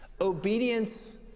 Obedience